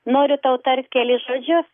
noriu tau tart kelis žodžius